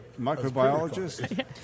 microbiologist